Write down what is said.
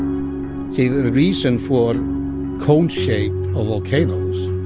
see the reason for cone-shaped ah volcanoes